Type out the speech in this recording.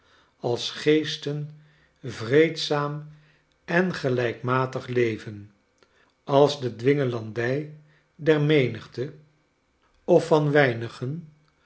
als geesten vreedzaam en gelijkmatig leven als de dwingelandij der menigte of van